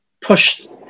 pushed